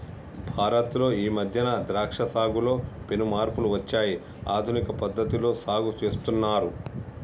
భారత్ లో ఈ మధ్యన ద్రాక్ష సాగులో పెను మార్పులు వచ్చాయి ఆధునిక పద్ధతిలో సాగు చేస్తున్నారు